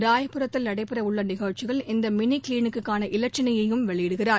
ராயபுரத்தில் நடைபெறவுள்ள நிகழ்ச்சியில் இந்த மினி கிளினிக்குக்கான இலட்சினையையும் வெளியிடுகிறார்